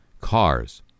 cars